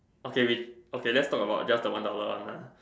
okay we okay let's talk about just the one dollar one lah